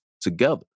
together